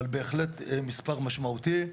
אבל זה בהחלט מספר משמעותי.